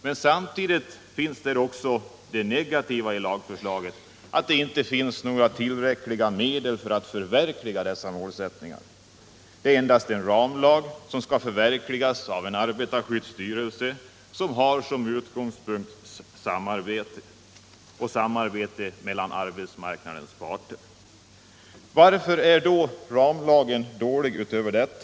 Men samtidigt innehåller lagförslaget den negativa delen att det inte finns tillräckliga medel för att förverkliga dessa målsättningar. Det är endast en ramlag, som skall förverkligas av en arbetarskyddsstyrelse som till utgångspunkt har samarbete — samarbete mellan arbetsmarknadens parter. Varför är då ramlagen dålig — utöver detta?